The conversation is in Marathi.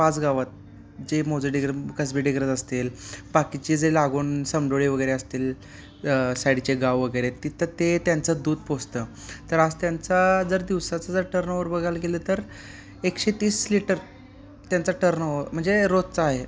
पाच गावात जे मौजे डिग्रज कसबे डिग्रज असतील बाकीचे जे लागून समडोळी वगैरे असतील साईडचे गाव वगैरे तिथं ते त्यांचं दूध पोचतं तर आज त्यांचा जर दिवसाचा जर टर्नओवर बघायला गेलं तर एकशे तीस लिटर त्यांचा टर्नओवर म्हणजे रोजचा आहे